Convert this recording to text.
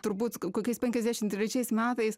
turbūt kokiais penkiasdešimt trečiais metais